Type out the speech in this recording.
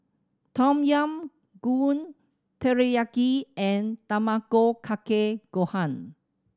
Tom Yam Goong Teriyaki and Tamago Kake Gohan